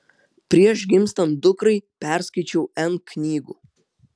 prieš gimstant dukrai perskaičiau n knygų